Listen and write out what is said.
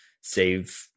save